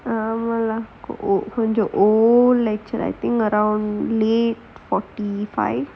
ஆமா:aama lah கொஞ்சம்:konjam the old lecture I think around late forty five